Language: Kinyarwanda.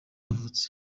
yavutse